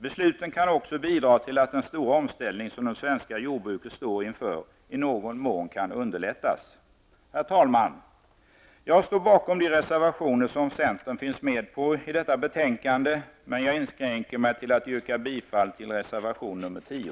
Beslutet kan också bidra till att den stora omställning som det svenska jordbruket står inför i någon mån kan underlättas. Herr talman! Jag står bakom de reservationer som centern finns med på i detta betänkande, men jag inskränker mig till att yrka bifall till reservation 10.